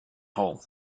hall